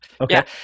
okay